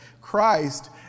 Christ